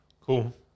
cool